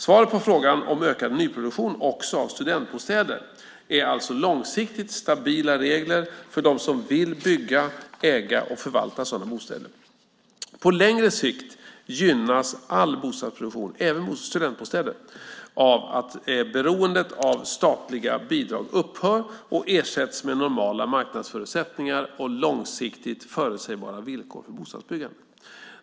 Svaret på frågan om ökad nyproduktion också av studentbostäder är alltså långsiktigt stabila regler för dem som vill bygga, äga och förvalta sådana bostäder. På längre sikt gynnas all bostadsproduktion, även studentbostäder, av att beroendet av statliga bidrag upphör och ersätts med normala marknadsförutsättningar och långsiktigt förutsägbara villkor för bostadsbyggandet.